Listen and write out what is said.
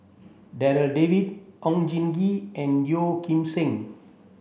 Darryl David Oon Jin Gee and Yeo Kim Seng